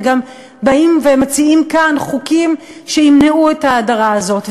וגם באים ומציעים כאן חוקים שימנעו את ההדרה הזאת.